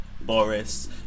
Boris